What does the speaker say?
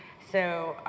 so